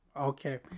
okay